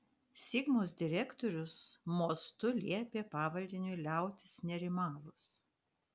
sigmos direktorius mostu liepė pavaldiniui liautis nerimavus